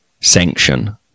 sanction